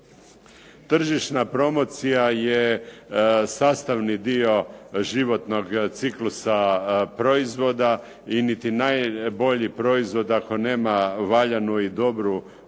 Tržišna promocija je sastavni dio životnog ciklusa proizvoda i niti najbolji proizvod, ako nema valjanu i dobru promociju,